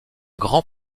grand